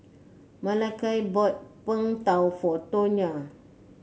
Malakai bought Png Tao for Tonya